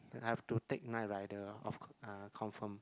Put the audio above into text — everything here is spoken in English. I've to take night rider ah confirm